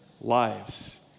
lives